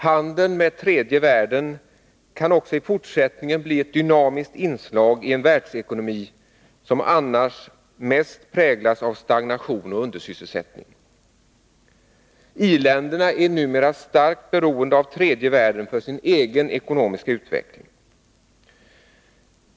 Handeln med tredje världen kan också i fortsättningen bli ett dynamiskt inslag i en världsekonomi, som annars mest präglas av stagnation och undersysselsättning. I-länderna är numera starkt beroende av tredje världen för sin egen ekonomiska utveckling.